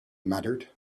muttered